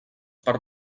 per